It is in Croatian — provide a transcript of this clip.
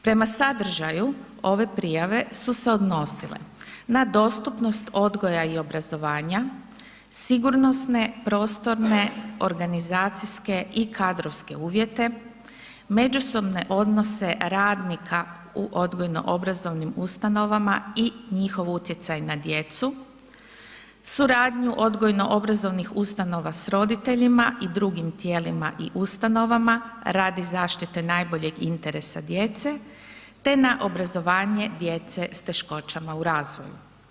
Prema sadržaju ove prijave su se odnosile na dostupnost odgoja i obrazovanja, sigurnosne, prostorne, organizacijske i kadrovske uvjete, međusobne odnose radnika u odgojno-obrazovnim ustanovama i njihov utjecaj na djecu, suradnju odgojno-obrazovnih ustanova sa roditeljima i drugim tijelima i ustanovama radi zaštite najboljeg interesa djece te na obrazovanje djece s teškoćama u razvoju.